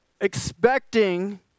expecting